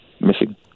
missing